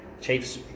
Chiefs